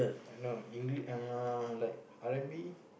I know English uh like R-and-B